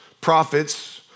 prophets